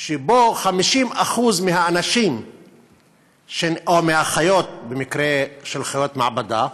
שבו 50% מהאנשים או מהחיות, במקרה של חיות מעבדה,